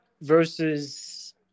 versus